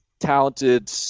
talented